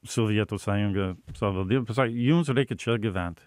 sovietų sąjunga savaldyb pasakė jums reikia čia gyvent